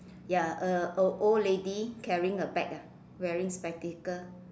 ya uh a a old lady carrying a bag ah wearing spectacle